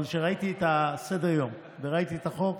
אבל כשראיתי את סדר-היום וראיתי את החוק,